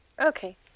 Okay